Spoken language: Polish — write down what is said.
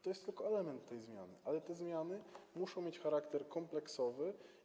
To jest tylko element tej zmiany, ale zmiany muszą mieć charakter kompleksowy.